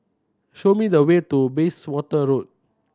show me the way to Bayswater Road